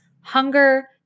hunger